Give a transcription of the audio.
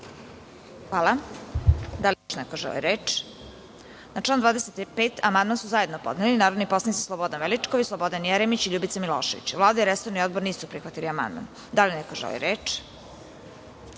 Hvala. Da li još neko želi reč? (Ne)Na član 25. amandman su zajedno podneli narodni poslanici Slobodan Veličković, Slobodan Jeremić i Ljubica Milošević. Vlada i resorni odbor nisu prihvatili amandman. Da li neko želi reč?